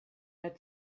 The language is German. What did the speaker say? der